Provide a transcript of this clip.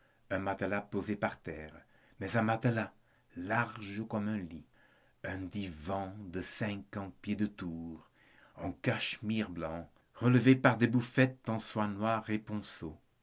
un matelas posé par terre mais un matelas large comme un lit un divan de cinquante pieds de tour en cachemire blanc relevé par des bouffettes en soie noire et ponceau